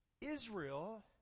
Israel